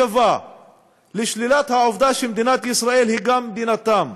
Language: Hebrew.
השווה לשלילת העובדה שמדינת ישראל היא גם מדינתם.